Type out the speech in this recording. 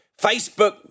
Facebook